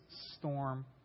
storm